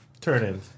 turn-in